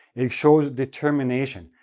it shows determination.